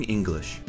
English